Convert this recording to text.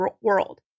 world